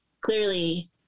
clearly